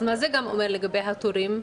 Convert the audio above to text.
אז מה זה אומר לגבי התורים?